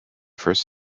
first